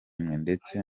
ndetse